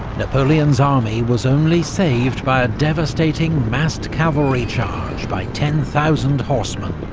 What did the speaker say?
napoleon's army was only saved by a devastating, massed cavalry charge by ten thousand horsemen,